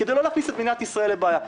כדי לא להכניס את מדינת ישראל לבעיה.